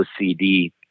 OCD